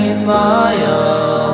smile